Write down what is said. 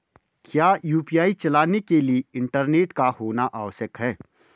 क्या यु.पी.आई चलाने के लिए इंटरनेट का होना आवश्यक है?